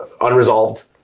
unresolved